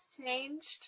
changed